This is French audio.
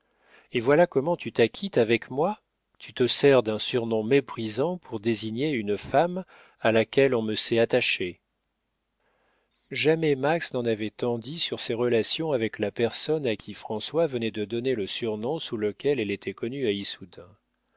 et voilà comment tu t'acquittes avec moi tu te sers d'un surnom méprisant pour désigner une femme à laquelle on me sait attaché jamais max n'en avait tant dit sur ses relations avec la personne à qui françois venait de donner le surnom sous lequel elle était connue